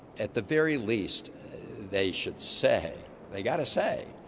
at the very least they should say they gotta say,